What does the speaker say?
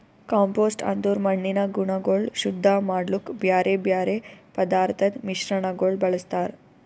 compost ಅಂದುರ್ ಮಣ್ಣಿನ ಗುಣಗೊಳ್ ಶುದ್ಧ ಮಾಡ್ಲುಕ್ ಬ್ಯಾರೆ ಬ್ಯಾರೆ ಪದಾರ್ಥದ್ ಮಿಶ್ರಣಗೊಳ್ ಬಳ್ಸತಾರ್